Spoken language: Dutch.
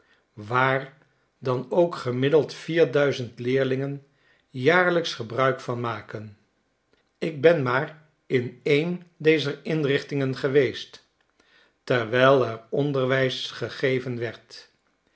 waar dan ook gemiddeld vier duizend leerlingen jaarlijks gebruik van maken ik ben maar in een dezer inrichtingen geweest terwijl er onderwijs gegeven werd